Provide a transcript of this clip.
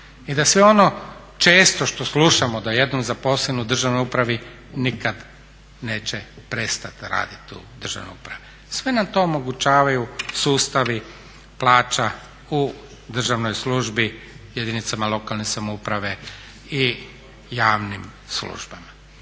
i da sve ono često što slušamo da jedan zaposleni u državnoj upravi nikad neće prestati raditi u državnoj upravi. Sve nam to omogućavaju sustavi plaća u državnoj službi jedinicama lokalne samouprave i javnim službama.